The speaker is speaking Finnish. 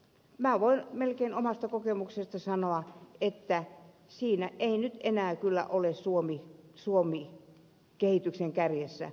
minä voin melkein omasta kokemuksestani sanoa että siinä ei nyt enää kyllä ole suomi kehityksen kärjessä